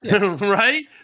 Right